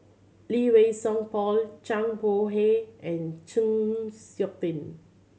Lee Wei Song Paul Zhang Bohe and Chng Seok Tin